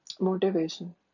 motivation